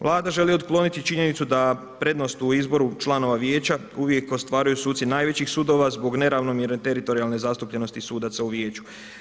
Vlada želi otkloniti činjenicu da prednost u izboru članova Vijeća uvijek ostvaruju suci najvećih sudova zbog neravnomjerne teritorijalne zastupljenosti sudaca u Vijeću.